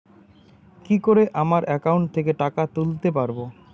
কি করে আমার একাউন্ট থেকে টাকা তুলতে পারব?